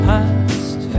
Past